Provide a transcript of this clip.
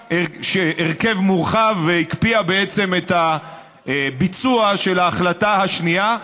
שקבעה הרכב מורחב והקפיאה בעצם את הביצוע של ההחלטה השנייה.